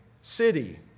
city